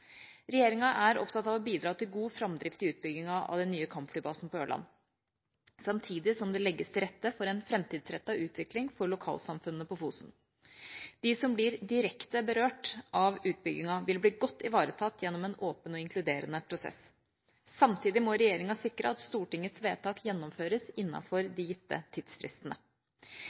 Regjeringa er opptatt av å bidra til god framdrift i utbygginga av den nye kampflybasen på Ørland, samtidig som det legges til rette for en framtidsrettet utvikling for lokalsamfunnene på Fosen. De som blir direkte berørt av utbygginga, vil bli godt ivaretatt gjennom en åpen og inkluderende prosess. Samtidig må regjeringa sikre at Stortingets vedtak gjennomføres innenfor de gitte tidsfristene.